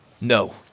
No